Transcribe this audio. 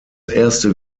erste